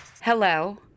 Hello